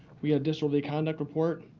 we had a disorderly conduct report.